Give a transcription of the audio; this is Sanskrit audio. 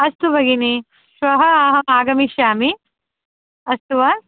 अस्तु भगिनि श्वः अहम् आगमिष्यामि अस्तु वा